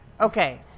Okay